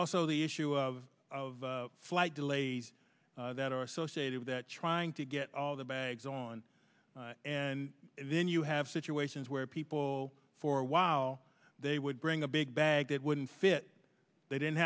also the issue of flight delays that are associated with trying to get all the bags on and then you have situations where people for a while they would bring a big bag that wouldn't fit they didn't